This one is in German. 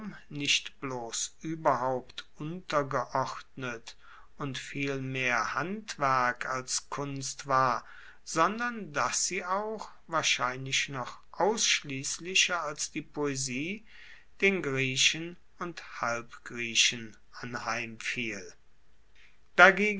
nicht bloss ueberhaupt untergeordnet und mehr handwerk als kunst war sondern dass sie auch wahrscheinlich noch ausschliesslicher als die poesie den griechen und